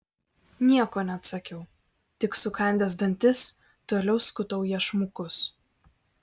nieko neatsakiau tik sukandęs dantis toliau skutau iešmukus